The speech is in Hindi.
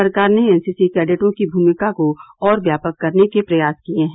सरकार ने एनसीसी कैडेटों की भूमिका को और व्यापक करने के प्रयास किए हैं